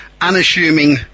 unassuming